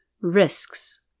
risks